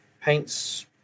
paints